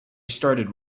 started